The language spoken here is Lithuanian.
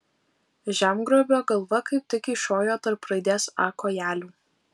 žemgrobio galva kaip tik kyšojo tarp raidės a kojelių